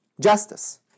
Justice